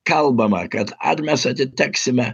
kalbama kad ar mes atiteksime